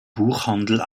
buchhandel